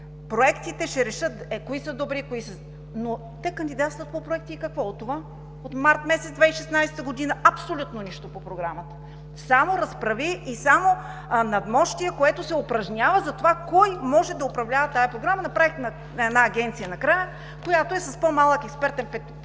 БЪЧВАРОВА: Е, кои са добри? Те кандидатстват по проекти и какво от това?! От март месец 2016 г. – абсолютно нищо по Програмата, само разправии и надмощие, което се упражнява за това, кой може да управлява тази Програма. Направихме една агенция накрая, която е с по-малък експертен